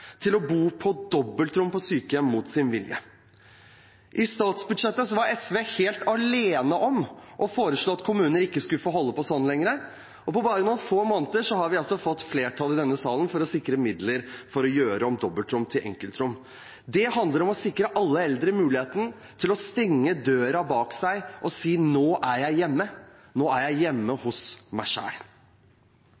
til å bo på dobbeltrom på sykehjem mot sin vilje. I statsbudsjettet var SV helt alene om å foreslå at kommuner ikke skulle få holde på sånn lenger, og på bare noen få måneder har vi fått flertall i denne salen for å sikre midler for å gjøre om dobbeltrom til enkeltrom. Det handler om å sikre alle eldre muligheten til å stenge døren bak seg og si: Nå er jeg hjemme, nå er jeg hjemme